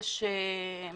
אני